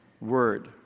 Word